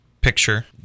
picture